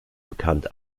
bekannt